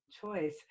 choice